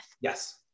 Yes